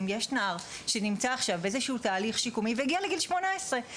אם יש נער שנמצא עכשיו באיזשהו תהליך שיקומי והגיע לגיל 18,